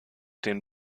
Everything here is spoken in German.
den